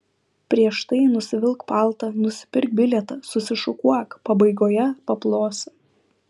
prieš tai nusivilk paltą nusipirk bilietą susišukuok pabaigoje paplosi